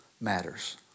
matters